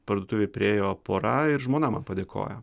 parduotuvėj priėjo pora ir žmona man padėkojo